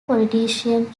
politician